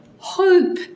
Hope